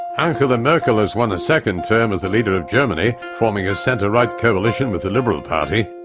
angela merkel has won a second term as the leader of germany, forming a centre-right coalition with the liberal party.